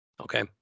Okay